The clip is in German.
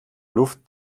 luft